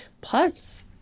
plus